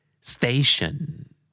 Station